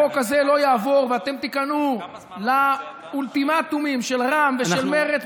החוק הזה לא יעבור ואתם תיכנעו לאולטימטומים של רע"מ ושל מרצ,